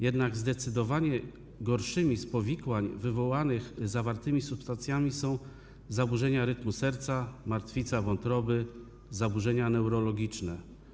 Jednak zdecydowanie gorszymi powikłaniami wywołanymi zawartymi substancjami są zaburzenia rytmu serca, martwica wątroby, zaburzenia neurologiczne.